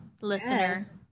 listener